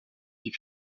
qui